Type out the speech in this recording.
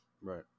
right